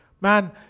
Man